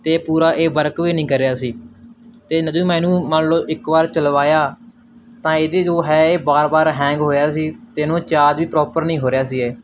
ਅਤੇ ਇਹ ਪੂਰਾ ਇਹ ਵਰਕ ਵੀ ਨਹੀਂ ਕਰ ਰਿਹਾ ਸੀ ਅਤੇ ਨ ਜਦੋਂ ਮੈਂ ਇਹਨੂੰ ਮੰਨ ਲਓ ਇੱਕ ਵਾਰ ਚਲਵਾਇਆ ਤਾਂ ਇਹਦੇ ਜੋ ਹੈ ਇਹ ਬਾਰ ਬਾਰ ਹੈਂਗ ਹੋ ਰਿਹਾ ਸੀ ਅਤੇ ਇਹਨੂੰ ਚਾਰਜ ਵੀ ਪ੍ਰੋਪਰ ਨਹੀਂ ਹੋ ਰਿਹਾ ਸੀ ਇਹ